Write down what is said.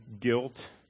guilt